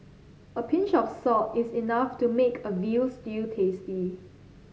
a pinch of salt is enough to make a veal stew tasty